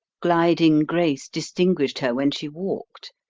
gliding grace distinguished her when she walked.